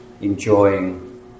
enjoying